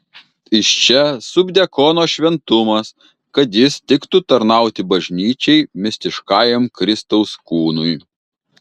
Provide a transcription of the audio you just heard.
iš čia subdiakono šventumas kad jis tiktų tarnauti bažnyčiai mistiškajam kristaus kūnui